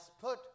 put